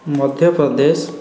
Madhya Pradesh